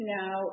now